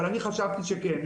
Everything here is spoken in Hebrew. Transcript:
אבל אני חשבתי שכן.